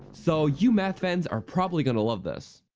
so, you math fans are probably gonna love this.